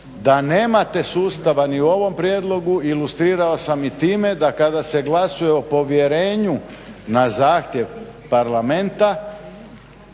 Da nemate sustava ni o ovom prijedlogu ilustrirao sam i time da kada se glasuje o povjerenju na zahtjev Parlamenta